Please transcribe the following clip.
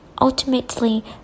ultimately